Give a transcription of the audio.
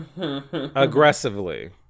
Aggressively